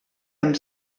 amb